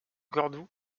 cordoue